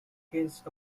against